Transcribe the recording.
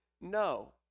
no